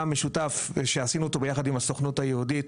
משותף שעשינו אותו ביחד עם הסוכנות היהודית,